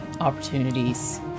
opportunities